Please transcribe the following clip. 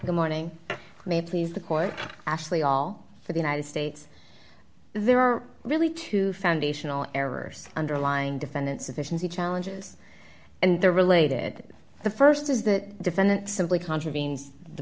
the morning may please the court actually all for the united states there are really two foundational errors underlined defendants efficiency challenges and the related the st is that defendant simply contravenes the